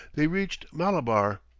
they reached malabar.